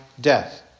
death